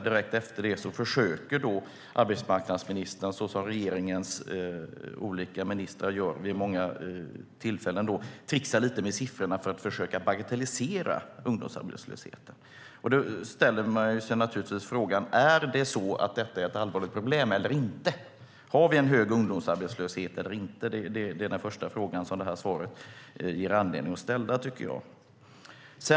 Direkt efter det försöker arbetsmarknadsministern såsom regeringens olika ministrar gör vid många tillfällen att tricksa lite med siffrorna för att försöka bagatellisera ungdomsarbetslösheten. Då ställer man sig frågan: Är detta ett allvarligt problem eller inte? Har vi en hög ungdomsarbetslöshet eller inte? Det är den första fråga som svaret ger anledning att ställa.